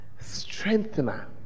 strengthener